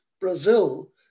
Brazil